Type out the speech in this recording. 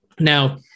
Now